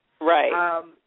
Right